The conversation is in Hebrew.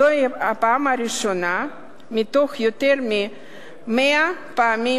זוהי הפעם הראשונה מתוך יותר מ-100 פעמים